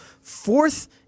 fourth